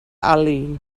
ali